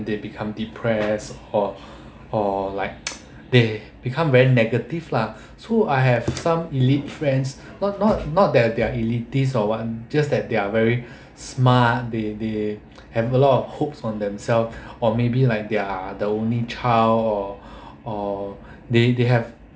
they become depressed or or like they become very negative lah so I have some elite friends not not that they are elitist or what just that they're very smart they they have a lot of hopes on themself or maybe like they're the only child or or they they have